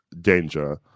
Danger